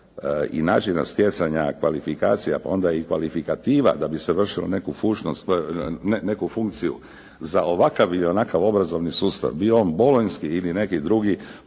i načina stjecanja kvalifikacija onda i kvalifikativa da bi se vršilo neku funkciju za ovakav ili onakav obrazovni sustav bio on bolonjski ili neki drugi